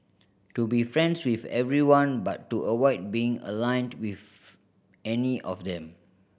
to be friends with everyone but to avoid being aligned with any of them